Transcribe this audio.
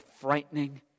frightening